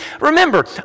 Remember